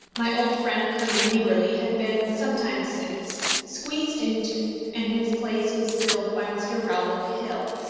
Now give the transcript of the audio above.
my old friend colonel maberly had been, some time since, squeezed into, and his place was filled by mr. rowland hill,